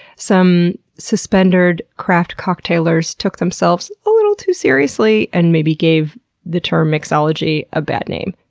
some suspendered craft cocktailers took themselves a little too seriously and maybe gave the term mixology a bad name.